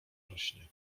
rośnie